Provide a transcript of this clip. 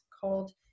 called